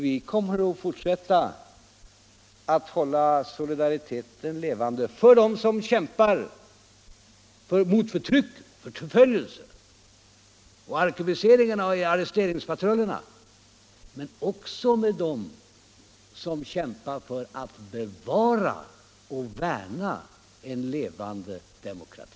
Vi kommer att fortsätta att hålla solidariteten levande för dem som kämpar mot förtrycket, mot förföljelserna och mot arkebuseringarna och arresteringspatrullerna men också för dem som Kämpar för att bevara och värna en levande demokrati.